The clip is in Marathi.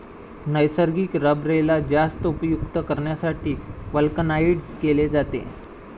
नैसर्गिक रबरेला जास्त उपयुक्त करण्यासाठी व्हल्कनाइज्ड केले जाते